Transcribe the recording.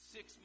Six